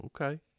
okay